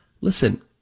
Listen